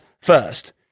first